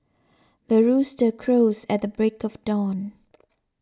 the rooster crows at the break of dawn